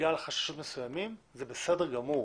בגלל חששות מסוימים, זה בסדר גמור,